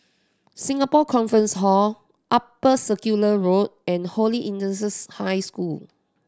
Singapore Conference Hall Upper Circular Road and Holy Innocents' High School